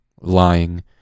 lying